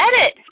edit